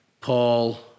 Paul